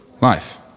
life